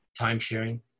time-sharing